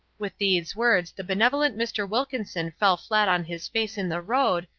with these words the benevolent mr. wilkinson fell flat on his face in the road,